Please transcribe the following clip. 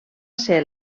ser